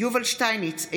יובל שטייניץ,